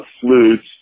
flutes